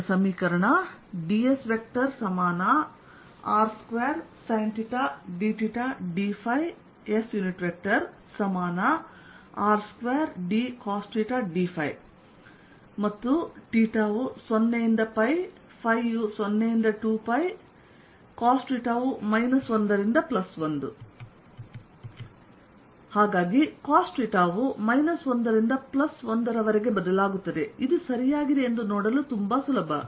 dsr2sinθ dθ dϕ sr2dcosθdϕ 0≤θ≤π 0≤ϕ≤2π 1≤cosθ≤1 ಆದ್ದರಿಂದ cosθ ವು 1 ರಿಂದ 1 ರವರೆಗೆ ಬದಲಾಗುತ್ತದೆ ಇದು ಸರಿಯಾಗಿದೆ ಎಂದು ನೋಡಲು ತುಂಬಾ ಸುಲಭ